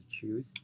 choose